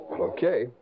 okay